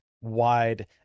wide